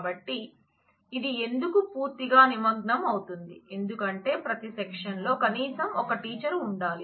కాబట్టి ఇది ఎందుకు పూర్తిగా నిమగ్నం అవుతుంది ఎందుకంటే ప్రతి సెక్షన్ లో కనీసం ఒక టీచర్ ఉండాలి